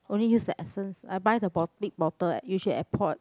only use the essence I buy the bot~ big bottle at usually Airport